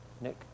Nick